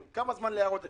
כמה זמן ניתן להערות הציבור?